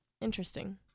Interesting